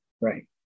Right